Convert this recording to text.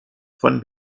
von